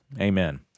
amen